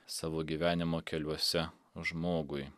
savo gyvenimo keliuose žmogui